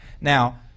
Now